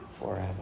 forever